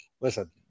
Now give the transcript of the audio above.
Listen